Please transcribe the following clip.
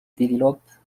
développe